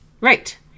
Right